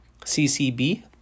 CCB